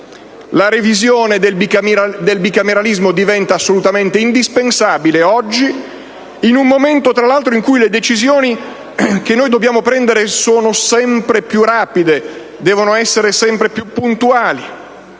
La revisione del bicameralismo diventa assolutamente indispensabile oggi in un momento, tra l'altro, in cui le decisioni che noi dobbiamo prendere devono essere sempre più rapide e devono essere sempre più puntuali.